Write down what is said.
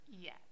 yes